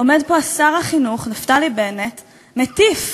עומד פה שר החינוך נפתלי בנט ומטיף